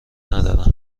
ندارن